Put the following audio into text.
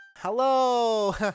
Hello